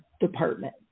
department